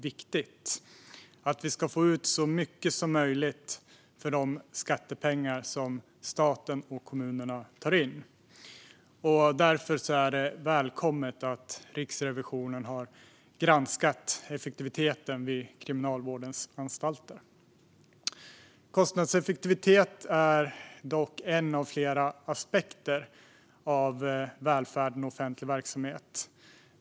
Vi ska få ut så mycket som möjligt av de skattepengar som staten och kommunerna tar in. Därför är det välkommet att Riksrevisionen har granskat effektiviteten vid Kriminalvårdens anstalter. Kostnadseffektivitet är dock en av flera aspekter på välfärden och offentlig verksamhet.